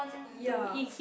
ya